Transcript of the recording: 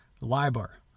LIBOR